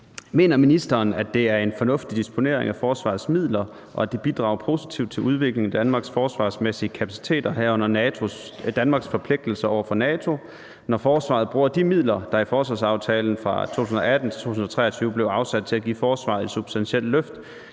Mener ministeren, at det er en fornuftig disponering af Forsvarets midler, og at det bidrager positivt til udviklingen af Danmarks forsvarsmæssige kapaciteter, herunder Danmarks forpligtelser over for NATO, når Forsvaret bruger de midler, der i forsvarsaftalen for 2018-2023 blev afsat til at give Forsvaret »et substantielt løft«,